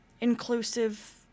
inclusive